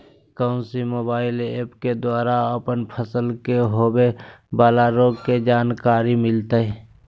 कौन सी mobile app के द्वारा अपन फसल के होबे बाला रोग के जानकारी मिलताय?